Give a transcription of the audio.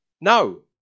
No